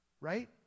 right